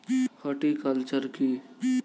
Horticulture কি?